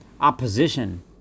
opposition